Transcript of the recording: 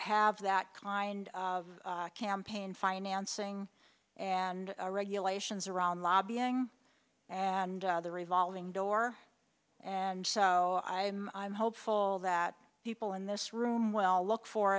have that kind of campaign financing and regulations around lobbying and the revolving door and so i'm i'm hopeful that people in this room well look for